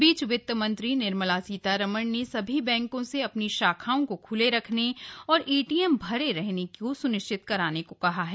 इस बीच वित्त मंत्री निर्मला सीतारामन ने सभी बैंको से अपनी शाखाओं को ख्ले रखने और एटीएम भरे रहने को स्निश्चित कराने को कहा है